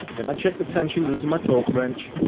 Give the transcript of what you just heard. then i checked the tension using my torque wrench.